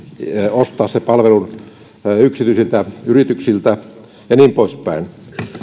ostaa sen palvelun yksityisiltä yrityksiltä ja niin poispäin